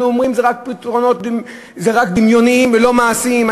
אומרים זה פתרונות דמיוניים ולא מעשיים.